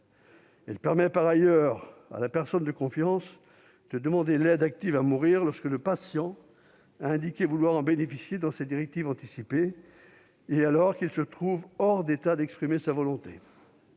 Elle permet par ailleurs à la personne de confiance de demander l'aide active à mourir lorsque le patient a indiqué vouloir en bénéficier dans ses directives anticipées et alors qu'il se trouve hors d'état d'exprimer sa volonté.